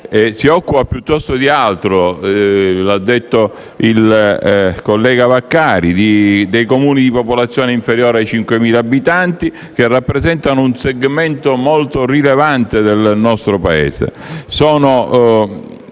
si occupa, piuttosto, di altro, come ha detto il collega Vaccari. Si occupa dei Comuni con popolazione inferiore ai 5.000 abitanti, che rappresentano un segmento molto rilevante del nostro Paese.